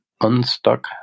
unstuck